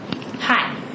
Hi